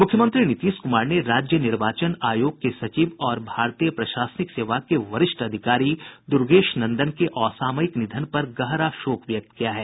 मुख्यमंत्री नीतीश कुमार ने राज्य निर्वाचन आयोग के सचिव और भारतीय प्रशासनिक सेवा के वरिष्ठ अधिकारी दूर्गेश नंदन के असामयिक निधन पर गहरा शोक व्यक्त किया है